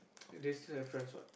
they still have friends what